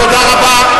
תודה רבה.